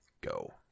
go